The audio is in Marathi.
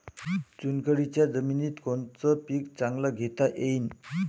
चुनखडीच्या जमीनीत कोनतं पीक चांगलं घेता येईन?